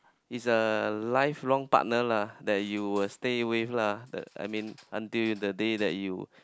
is a lifelong partner lah that you will stay with lah I mean until the day that you